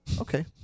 Okay